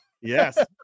Yes